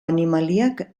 animaliak